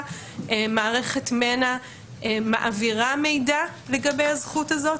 מערכת מנע מעבירה מידע לגבי הזכות הזאת,